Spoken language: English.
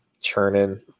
churning